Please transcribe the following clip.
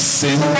sin